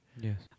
Yes